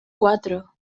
cuatro